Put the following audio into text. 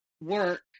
work